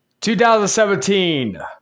2017